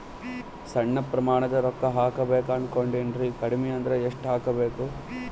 ಸಣ್ಣ ಪ್ರಮಾಣದ ರೊಕ್ಕ ಹಾಕಬೇಕು ಅನಕೊಂಡಿನ್ರಿ ಕಡಿಮಿ ಅಂದ್ರ ಎಷ್ಟ ಹಾಕಬೇಕು?